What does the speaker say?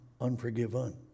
unforgiven